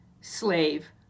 slave